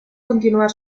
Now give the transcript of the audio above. continuar